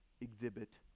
exhibit